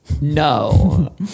no